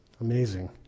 Amazing